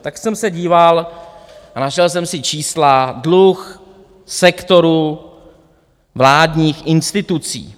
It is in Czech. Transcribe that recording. Tak jsem se díval a našel jsem si čísla dluh sektoru vládních institucí.